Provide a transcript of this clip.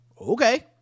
okay